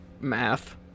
Math